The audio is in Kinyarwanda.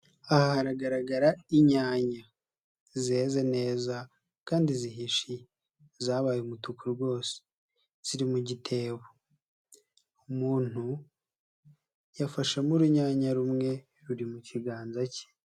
Aha haragaragara inyanya zeze neza kandi zihishije, zabaye umutuku rwose ziri mu gitebo, umuntu yafashemo urunyanya rumwe ruri mu kiganza cye.